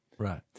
Right